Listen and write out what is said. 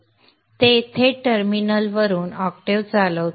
ते थेट टर्मिनलवरून ऑक्टेव्ह चालवते